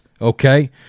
Okay